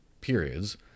periods